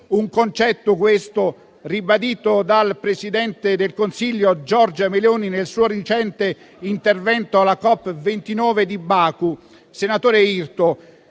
Un concetto, questo, ribadito dal presidente del Consiglio Giorgia Meloni nel suo recente intervento alla COP29 di Baku. Senatore Irto,